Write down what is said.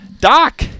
Doc